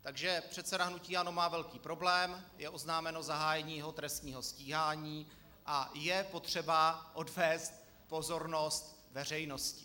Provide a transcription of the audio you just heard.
Takže předseda hnutí ANO má velký problém: je oznámeno zahájení jeho trestního stíhání a je potřeba odvést pozornost veřejnosti.